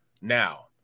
now